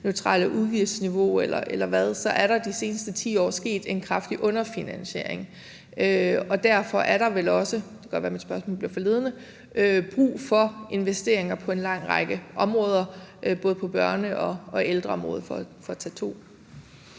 skal følge det demografiske træk eller det neutrale udgiftsniveau? Derfor er der vel også – det kan godt være, mit spørgsmål bliver for ledende – brug for investeringer på en lang række områder, både på børne- og ældreområdet for at tage to.